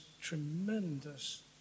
tremendous